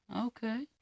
okay